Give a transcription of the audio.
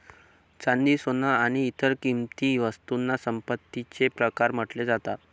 चांदी, सोन आणि इतर किंमती वस्तूंना संपत्तीचे प्रकार म्हटले जातात